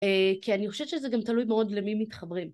כי אני חושבת שזה גם תלוי מאוד למי מתחברים